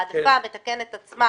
ההעדפה המתקנת עצמה